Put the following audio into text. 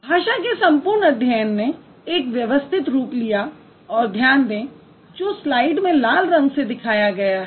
भाषा के संपूर्ण अध्ययन ने एक व्यवस्थित रूप लिया और ध्यान दें जो स्लाइड में लाल रंग से दिखाया गया है